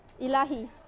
Ilahi